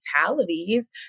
fatalities